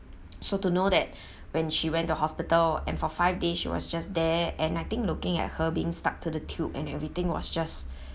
so to know that when she went to hospital and for five days she was just there and I think looking at her being stuck to the tube and everything was just